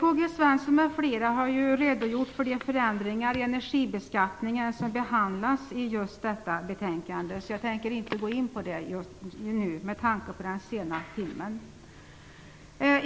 K-G Svenson m.fl. har redogjort för de förändringar i energibeskattningen som behandlas i just detta betänkande, så jag tänker inte gå in på det nu, med tanke på den sena timmen.